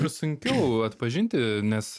ir sunkiau atpažinti nes